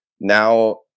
Now